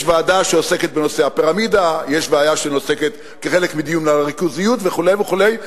יש ועדה שעוסקת בנושא הפירמידה כחלק מהדיון על הריכוזיות וכו' וכו'.